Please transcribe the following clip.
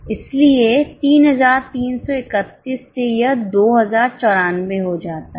इसलिए 3331 से यह 2094 हो जाता है